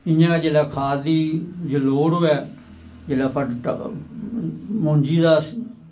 इयां गै जिसलै खाद दी लोड़ होऐ जिसलै मुंजी दा